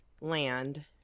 land